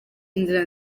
inzira